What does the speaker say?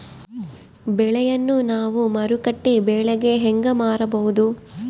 ಬೆಳೆಯನ್ನ ನಾವು ಮಾರುಕಟ್ಟೆ ಬೆಲೆಗೆ ಹೆಂಗೆ ಮಾರಬಹುದು?